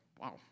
Wow